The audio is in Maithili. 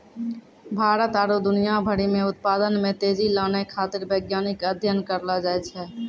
भारत आरु दुनिया भरि मे उत्पादन मे तेजी लानै खातीर वैज्ञानिक अध्ययन करलो जाय छै